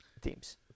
Teams